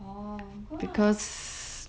orh go lah